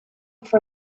for